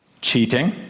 cheating